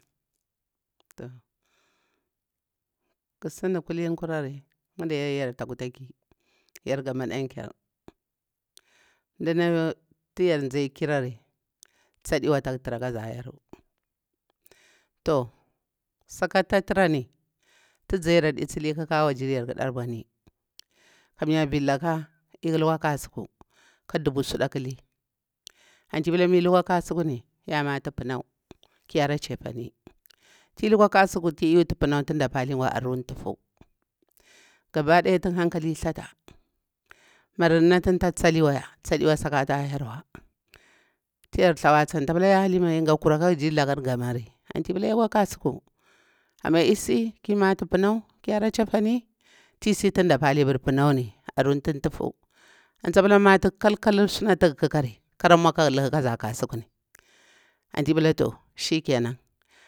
Toh gah sinda kulin kurari madan ƙyar mdanatu yar zhai akirari tsaɗiwa tsak tura kaza yaru to saka tu ta turani tu zayaru adi tsili ƙakawa jini yarƙa dar bwani kamya vir laka e lukwa kasuku ka dubu suda aƙali antu epula mi lukwa kasu kani ya matu punau ki hara chefane ti lukwa kasuku ni fi yutu punai tunda pali anu tufu gaba daya tun hankali tha ta marunna tunta tsali way a saka taha yerwa tu yar thawasi antu ta pali ya halima e gatu karaka ga jili lakan ga mari anti pula ya kwa kasuku amma e si ki matu punau ki hara cahafani esi antu da pali punau ni aru tuf tufu antu tsa pali matu kal kalur sutu ga ƙakari kara mau kara luha kaza kasukani anti pula to shikenan.